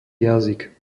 jazyk